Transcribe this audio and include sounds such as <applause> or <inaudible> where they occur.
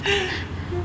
<breath>